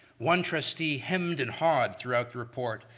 one trustee hemmed and hawed throughout the report,